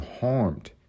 harmed